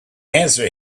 answer